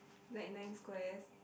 like nine squares